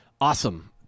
Awesome